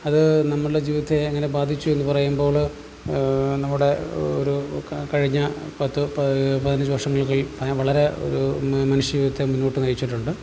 അത് നമ്മളെ ജീവിതത്തെ എങ്ങനെ ബാധിച്ചുവെന്ന് പറയുമ്പോൾ നമ്മുടെ ഒരു കഴിഞ്ഞ പത്തു പതിനഞ്ചു വർഷങ്ങൾ ഞാൻ വളരെ ഒരു മനുഷ്യ യുഗത്തെ മുന്നോട്ട് നയിച്ചിട്ടുണ്ട്